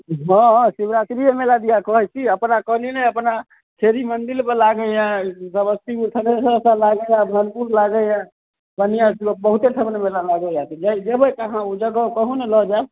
हँ शिवरात्रिये मेला दिआ कहै छी अपना कहली नहि अपना देवी मन्दिरमे लागैयऽ बस्ती खरौनापर लागैय मोहनपुर लागैय कनिएँ छै बहुते ठमन मेला लागैय जेबै कहाँ उ जगह कहू ने लऽ जायब